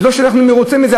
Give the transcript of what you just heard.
לא שאנחנו מרוצים מזה,